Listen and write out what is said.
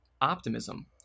optimism